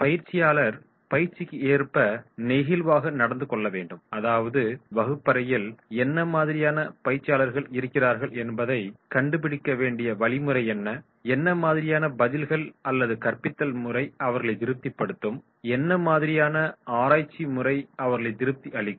பயிற்சியாளர் பயிற்சிக்கு ஏற்ப நெகிழ்வாக நடந்துகொள்ள வேண்டும் அதாவது வகுப்பறையில் என்னமாதிரியான பயிற்சியாளர்கள் இருக்கிறார்கள் என்பதை கண்டுபிடிக்க வேண்டிய வழிமுறை என்ன என்னமாதிரியான பதில்கள் அல்லது கற்பித்தல் முறை அவர்களை திருப்திப்படுத்தும் என்னமாதிரியான ஆராய்ச்சி முறை அவர்களுக்கு திருப்தி அளிக்கும்